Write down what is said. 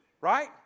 Right